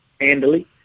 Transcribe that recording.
handily